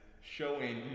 showing